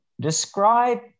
describe